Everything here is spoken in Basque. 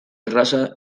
erraza